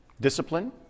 discipline